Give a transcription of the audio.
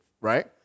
right